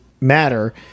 matter